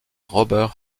robert